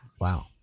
Wow